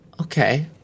Okay